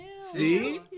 See